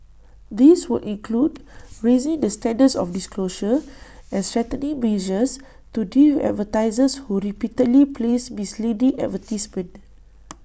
this would include raising the standards of disclosure and strengthening measures to deal advertisers who repeatedly place misleading advertisements